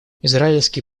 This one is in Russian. израильские